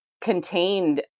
contained